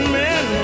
men